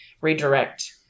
redirect